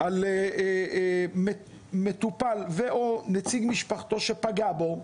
על מטופל או נציג משפחתו שפגע בו,